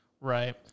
Right